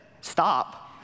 stop